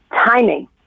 timing